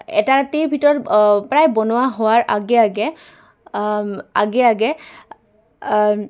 এটা ৰাতিৰ ভিতৰত প্ৰায় বনোৱা হোৱাৰ আগে আগে আগে আগে